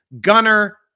Gunner